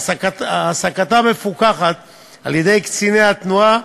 העסקתם מפוקחת על-ידי קציני התנועה,